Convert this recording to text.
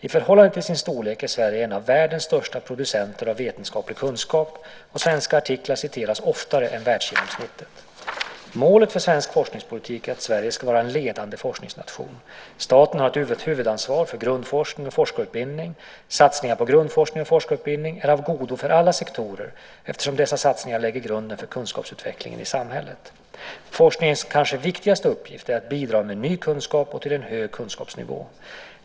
I förhållande till sin storlek är Sverige en av världens största producenter av vetenskaplig kunskap, och svenska artiklar citeras oftare än världsgenomsnittet. Målet för svensk forskningspolitik är att Sverige ska vara en ledande forskningsnation. Staten har ett huvudansvar för grundforskning och forskarutbildning. Satsningar på grundforskning och forskarutbildning är av godo för alla sektorer eftersom dessa satsningar lägger grunden för kunskapsutvecklingen i samhället. Forskningens kanske viktigaste uppgift är att bidra med ny kunskap och till en hög kunskapsnivå.